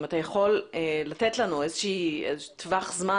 אם אתה יכול לתת לנו איזשהו טווח זמן,